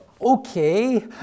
Okay